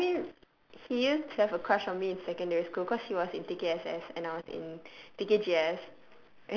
I mean he used to have a crush on me in secondary school cause he was in T_K_S_S and I was in T_K_G_S